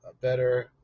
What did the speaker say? better